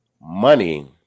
money